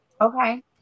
okay